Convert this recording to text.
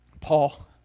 Paul